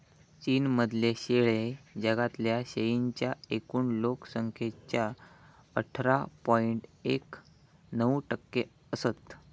चीन मधले शेळे जगातल्या शेळींच्या एकूण लोक संख्येच्या अठरा पॉइंट एक नऊ टक्के असत